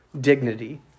dignity